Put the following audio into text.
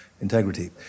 integrity